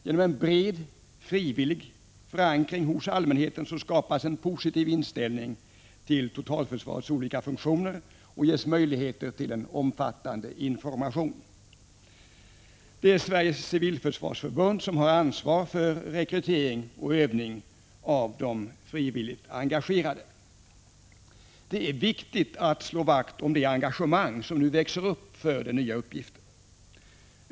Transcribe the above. Genom en bred frivillig förankring hos allmänheten skapas en positiv inställning till totalförsvarets olika funktioner och ges möjligheter till en omfattande information. Sveriges civilförsvarsförbund har ansvaret för rekrytering och övning av de frivilligt engagerade. Det är viktigt att slå vakt om det engagemang som nu växer upp för den nya uppgiften.